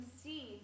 see